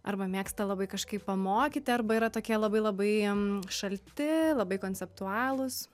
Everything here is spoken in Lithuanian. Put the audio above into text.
arba mėgsta labai kažkaip pamokyti arba yra tokie labai labai šalti labai konceptualūs